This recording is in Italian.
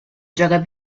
gioca